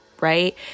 right